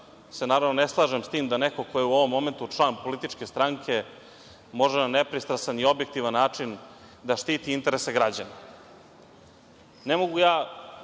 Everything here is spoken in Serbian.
se, naravno, ne slažem sa tim da neko ko je u ovom momentu član političke stranke može na nepristrasan i objektivan način da štiti interese građana. Ne mogu ja